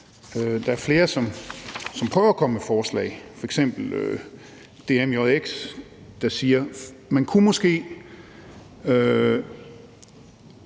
Der er flere, som prøver at komme med forslag, f.eks. DMJX, der siger, at man måske